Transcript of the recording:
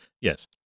Yes